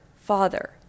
father